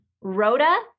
Rhoda